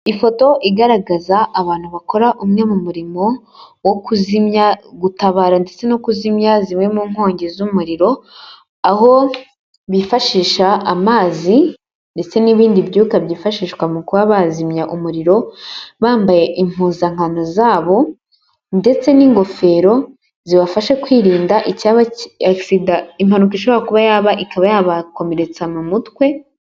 Ifoto igaragaza abantu bakora umwe mu murimo wo kuzimya, gutabara ndetse no kuzimya zimwe mu nkongi z'umuriro, aho bifashisha amazi ndetse n'ibindi byuka byifashishwa mu kuba bazimya umuriro, bambaye impuzankano zabo ndetse n'ingofero zibafasha kwirinda icyaba, akisida, impanuka ishobora kuba yaba, ikaba yabakomeretsa mu mutwe...